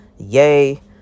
Yay